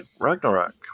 Ragnarok